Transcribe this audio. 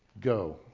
go